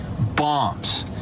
bombs